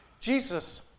Jesus